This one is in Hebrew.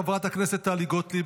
חברת הכנסת טלי גוטליב,